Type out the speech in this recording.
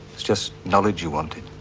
was just knowledge you wanted.